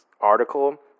article